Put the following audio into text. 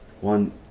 one